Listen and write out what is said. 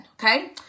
okay